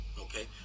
okay